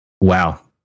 Wow